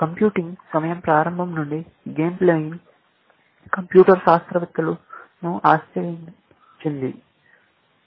computing సమయం ప్రారంభం నుండి గేమ్ ప్లేయింగ్ కంప్యూటర్ శాస్త్రవేత్తలు ను ఆకర్షించింది